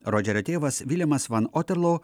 rodžerio tėvas vilemas van oterlo